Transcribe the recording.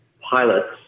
pilots